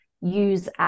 use